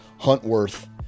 Huntworth